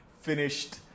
finished